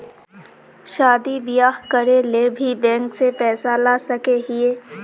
शादी बियाह करे ले भी बैंक से पैसा ला सके हिये?